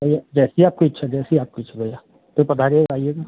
अरे जैसी आपकी इच्छा जैसी आपकी इच्छा भैया तो पधारिएगा आइएगा